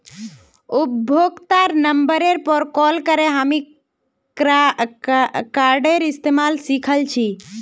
उपभोक्तार नंबरेर पर कॉल करे हामी कार्डेर इस्तमाल सिखल छि